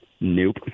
Nope